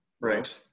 Right